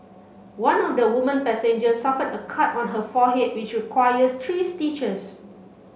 one of the woman passengers suffered a cut on her forehead which required three stitches